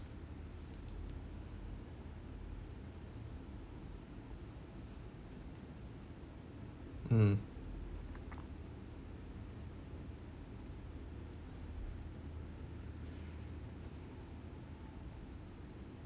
mm